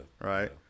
Right